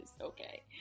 okay